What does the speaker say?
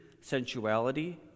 sensuality